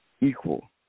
equal